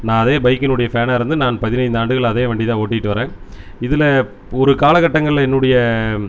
நான் அதே பைக்கினுடைய ஃபேனாக இருந்து நான் பதினைந்து ஆண்டுகள் அதே வண்டி தான் ஓட்டிகிட்டு வரேன் இதில் ஒரு காலகட்டங்களில் என்னுடைய